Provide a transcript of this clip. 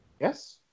Yes